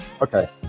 Okay